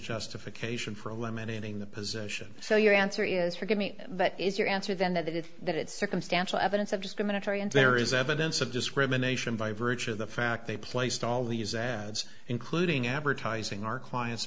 justification for a women ending the position so your answer is forgive me but is your answer then that is that it's circumstantial evidence of discriminatory and there is evidence of discrimination by virtue of the fact they placed all these ads including advertising our clients